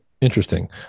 interesting